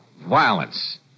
violence